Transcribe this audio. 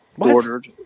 ordered